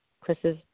Chris's